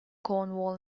cornwall